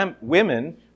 women